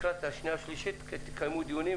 לקראת הקריאה השנייה והשלישית תקיימו דיונים.